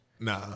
Nah